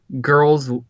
Girls